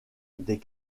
des